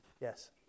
Yes